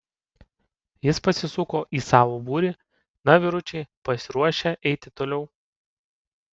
jis pasisuko į savo būrį na vyručiai pasiruošę eiti toliau